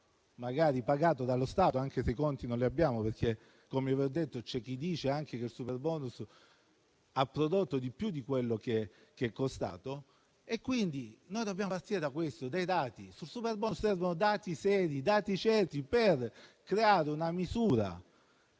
magari pagato dallo Stato, e tutto ciò anche se i conti non li abbiamo perché - come vi ho detto - c'è chi dice anche che il superbonus ha prodotto di più di quello che è costato, e quindi dobbiamo partire dai dati. Sul superbonus servono dati seri e certi per creare una misura